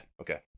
okay